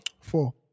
Four